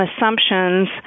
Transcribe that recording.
assumptions